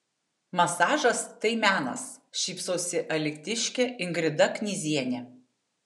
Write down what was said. masažas tai menas šypsosi alytiškė ingrida knyzienė